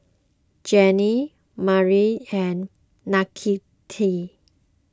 Jenny Marlen and Nakita